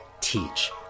teach